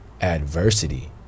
adversity